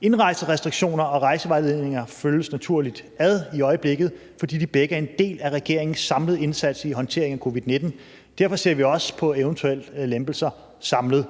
Indrejserestriktioner og rejsevejledninger følges naturligt ad i øjeblikket, fordi de begge er en del af regeringens samlede indsats i håndteringen af covid-19. Derfor ser vi også på eventuelle lempelser samlet.